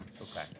Okay